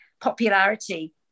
popularity